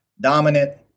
dominant